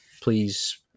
please